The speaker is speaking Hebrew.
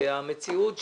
והמציאות שבה,